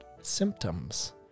symptoms